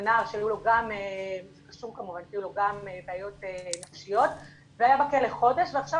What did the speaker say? זה נער שהיו לו גם בעיות נפשיות והוא היה בכלא חודש ועכשיו